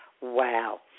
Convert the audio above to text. wow